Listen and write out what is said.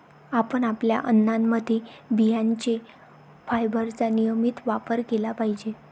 आपण आपल्या अन्नामध्ये बियांचे फायबरचा नियमित वापर केला पाहिजे